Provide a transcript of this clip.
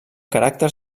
caràcter